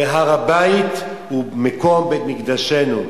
הרי הר-הבית הוא מקום בית-מקדשנו,